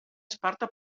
esparta